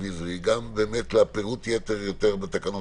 כרגע יוכלו לצאת גם אחרי שהתקנות